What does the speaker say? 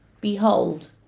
Behold